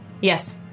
Yes